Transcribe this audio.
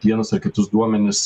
vienus ar kitus duomenis